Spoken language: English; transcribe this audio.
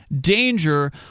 danger